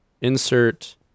Insert